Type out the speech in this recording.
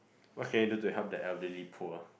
okay do to help the elderly poor